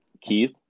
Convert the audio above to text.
Keith